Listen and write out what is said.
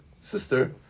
sister